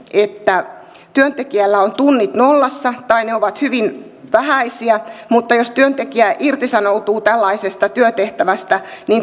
että työntekijällä on tunnit nollassa tai ne ovat hyvin vähäisiä mutta jos työntekijä irtisanoutuu tällaisesta työtehtävästä